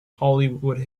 hollywood